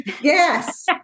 yes